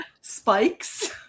Spikes